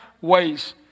ways